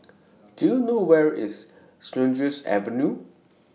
Do YOU know Where IS Sheares Avenue